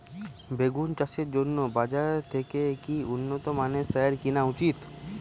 বেগুন চাষের জন্য বাজার থেকে কি উন্নত মানের সার কিনা উচিৎ?